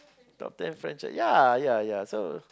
top ten franchise ya ya ya so